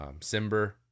Simber